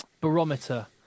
barometer